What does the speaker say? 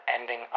ending